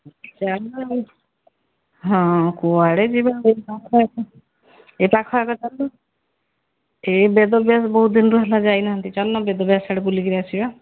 ଚାଲୁନ ହଁ କୁଆଡ଼େ ଯିବା ଏ ପାଖ ଆଖ ଚାଲୁନ ଏ ବେଦବ୍ୟାସ ବହୁତ ଦିନ ହେଲା ଯାଇ ନାହାନ୍ତି ଚାଲୁନ ବେଦବ୍ୟାସ ଆଡ଼େ ବୁଲି କରି ଆସିବା